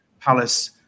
Palace